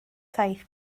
saith